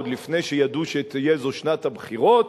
עוד לפני שידעו שתהיה זו שנת הבחירות,